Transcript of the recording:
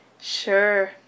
Sure